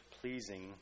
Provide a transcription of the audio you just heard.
pleasing